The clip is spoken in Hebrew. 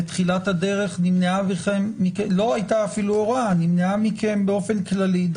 בתחילת הדרך נמנעה מכם באופן כללי לא הייתה אפילו הוראה,